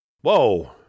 Whoa